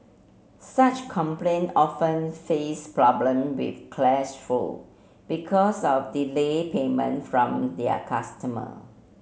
such complain often face problem with clash flow because of delayed payment from their customer